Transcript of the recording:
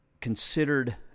considered